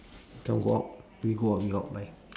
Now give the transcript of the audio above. try go out we go out we out bye